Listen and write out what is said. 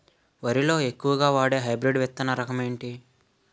వరి లో ఎక్కువుగా వాడే హైబ్రిడ్ విత్తన రకం ఏంటి?